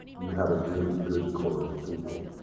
you have a really good core of people.